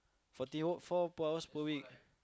forty four four hours per week